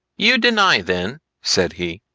you deny then, said he,